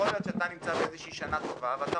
יכול להיות שאתה נמצא בשנה נוחה ואתה